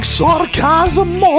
sarcasm